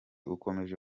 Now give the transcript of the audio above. ukomeje